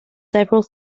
several